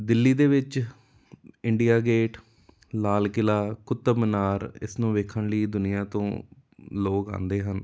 ਦਿੱਲੀ ਦੇ ਵਿੱਚ India Gate Lal Qila Qutub Minar ਇਸ ਨੂੰ ਵੇਖਣ ਲਈ ਦੁਨੀਆਂ ਤੋਂ ਲੋਕ ਆਉਂਦੇ ਹਨ